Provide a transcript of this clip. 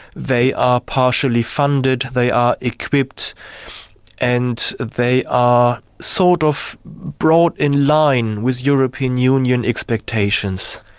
they are partially funded, they are equipped and they are sort of brought in line with european union expectations.